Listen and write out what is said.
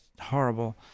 horrible